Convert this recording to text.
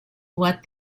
what